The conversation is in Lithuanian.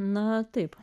na taip